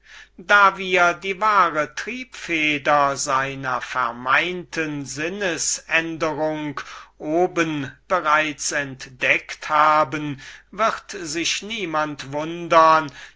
nachdem wir die wahre triebfeder seiner vermeinten sinnes änderung oben bereits entdeckt haben wird sich niemand verwundern